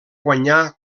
guanyar